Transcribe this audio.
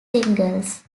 singles